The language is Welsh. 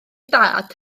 dad